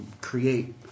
Create